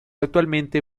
actualmente